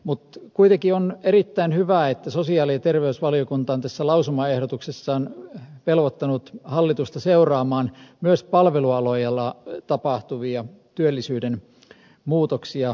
mutta kuitenkin on erittäin hyvä että sosiaali ja terveysvaliokunta on tässä lausumaehdotuksessaan velvoittanut hallitusta seuraamaan myös palvelualoilla tapahtuvia työllisyyden muutoksia